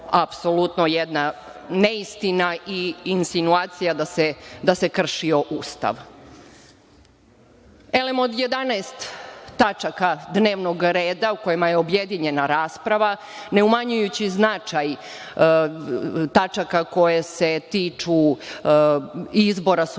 apsolutno jedna neistina i insinuacija da se kršio Ustav. Elem, od 11 tačaka dnevnog reda u kojima je objedinjena rasprava, ne umanjujući značaj tačaka koje se tiču izbora sudija